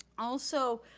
also,